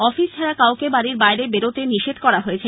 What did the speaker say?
office ছাড়া কাউকে বাড়ির বাইরে বেরোতে নিষেধ করা হয়েছে